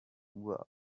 were